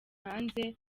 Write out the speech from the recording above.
hanze